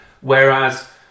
Whereas